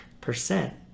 percent